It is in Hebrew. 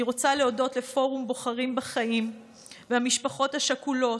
אני רוצה להודות לפורום בוחרים בחיים ולמשפחות השכולות,